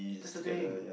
that's the thing